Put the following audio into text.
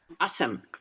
Awesome